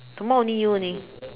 tomorrow only you only